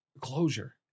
Closure